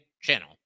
channel